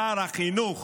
שר החינוך